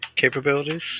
capabilities